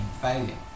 failure